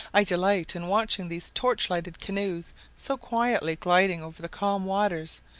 i delight in watching these torch-lighted canoes so quietly gliding over the calm waters,